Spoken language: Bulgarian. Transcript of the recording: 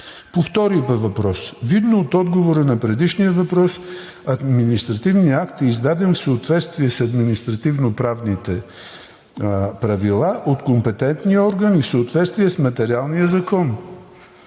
По втория въпрос. Видно от отговора на предишния въпрос, административният акт е издаден в съответствие с административно-правните правила от компетентния орган и в съответствие с материалния закон.